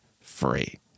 free